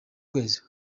kwezi